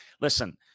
listen